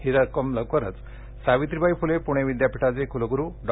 ही रक्कम लवकरच सावित्रीबाई फुले पुणे विद्यापीठाचे कुलगुरू डॉ